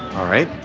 all right.